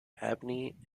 abney